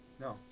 No